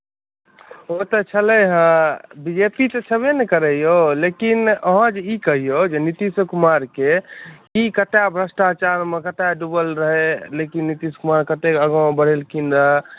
ओतऽ छलै हँ बी जे पी तऽ छैबे करै ने यौ लेकिन अहाँ जे ई कहियौ नीतीश कुमारके ई कते भ्रष्टाचारमे कते डुबल रहै लेकिन नीतीश कुमार कते आगाँ बढ़ेलखिन रह